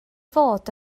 fod